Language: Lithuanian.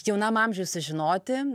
jaunam amžiuj sužinoti